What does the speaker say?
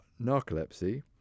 narcolepsy